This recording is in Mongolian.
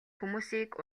хүмүүсийг